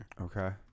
Okay